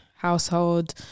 household